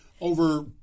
over